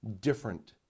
Different